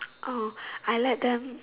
oh I let them